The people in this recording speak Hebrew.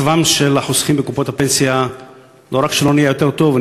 מצבם של החוסכים בקופות הפנסיה לא רק שלא נהיה יותר טוב,